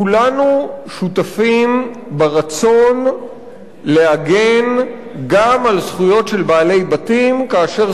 כולנו שותפים לרצון להגן גם על זכויות של בעלי בתים כאשר